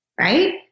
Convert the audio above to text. right